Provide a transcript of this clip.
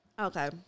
Okay